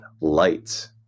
light